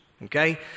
Okay